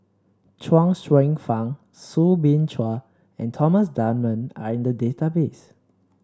Chuang Hsueh Fang Soo Bin Chua and Thomas Dunman are in the database